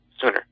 sooner